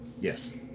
Yes